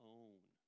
own